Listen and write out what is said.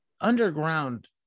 underground